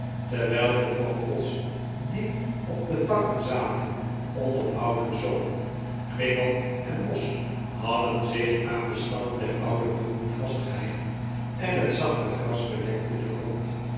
terwijl de vogels die op de takken zaten onophoudelijk zongen klimop en mos hadden zich aan de stammen der oude boomen vastgehecht en het zachte gras bedekte den grond